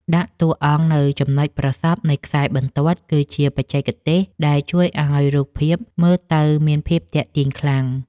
ដាក់តួអង្គនៅចំណុចប្រសព្វនៃខ្សែបន្ទាត់គឺជាបច្ចេកទេសដែលជួយឱ្យរូបភាពមើលទៅមានភាពទាក់ទាញខ្លាំង។